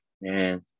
Man